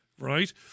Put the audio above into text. right